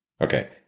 okay